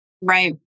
Right